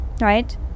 Right